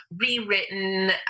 rewritten